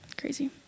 Crazy